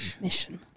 mission